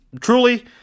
truly